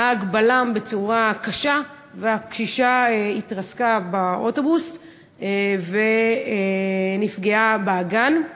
הנהג בלם בצורה קשה והקשישה התרסקה באוטובוס ונפגעה באגן.